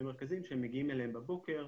אלה מרכזים שהם מגיעים אליהם בבוקר,